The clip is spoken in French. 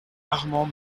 armand